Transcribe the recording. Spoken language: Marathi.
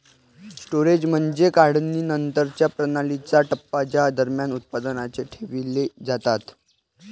स्टोरेज म्हणजे काढणीनंतरच्या प्रणालीचा टप्पा ज्या दरम्यान उत्पादने ठेवली जातात